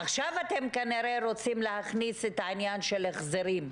עכשיו אתם כנראה רוצים להכניס את העניין של החזרים.